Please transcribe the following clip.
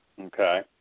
Okay